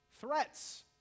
threats